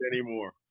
anymore